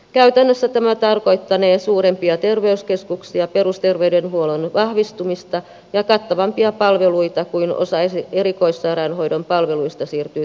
käytännössä tämä tarkoittanee suurempia terveyskeskuksia perusterveydenhuollon vahvistumista ja kattavampia palveluita kun osa erikoissairaanhoidon palveluista siirtyy terveyskeskuksiin